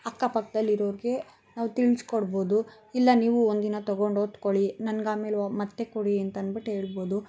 ಅಕ್ಕಪಕ್ಕದಲ್ಲಿರೋರಿಗೆ ನಾವು ತಿಳ್ಸ್ಕೊಡ್ಬೋದು ಇಲ್ಲ ನೀವು ಒಂದಿನ ತಗೊಂಡು ಓದ್ಕೊಳ್ಳಿ ನನ್ಗೆ ಆಮೇಲೆ ಮತ್ತೆ ಕೊಡಿ ಅಂತಂದ್ಬಿಟ್ಟು ಹೇಳ್ಬೋದು